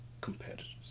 competitors